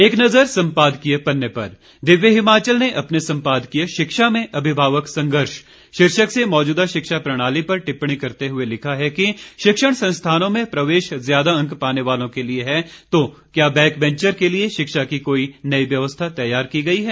एक नज़र संपादकीय पन्ने पर दिव्य हिमाचल ने अपने संपादकीय शिक्षा में अभिभावक संघर्ष शीर्षक से मौजूदा शिक्षा प्रणाली पर टिप्पणी करते हुए लिखा है कि शिक्षण संस्थानों में प्रवेश ज्यादा अंक पाने वालों के लिए है तो क्या बैकबैंचर्स के लिए शिक्षा की कोई नई व्यवस्था तैयार की गई है